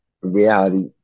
reality